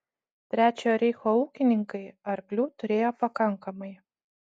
trečiojo reicho ūkininkai arklių turėjo pakankamai